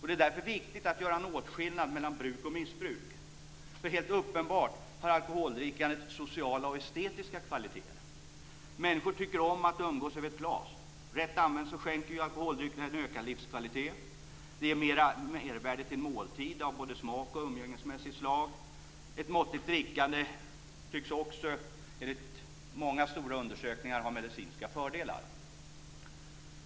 Det är därför viktigt att göra åtskillnad mellan bruk och missbruk. Helt uppenbart har alkoholdrickandet sociala och estetiska kvaliteter. Människor tycker om att umgås över ett glas. Rätt använda skänker alkoholdrycker ökad livskvalitet, och de ger mervärde till måltider av både smak och umgängesmässigt slag. Ett måttligt drickande tycks också, enligt många stora undersökningar, ha medicinska fördelar.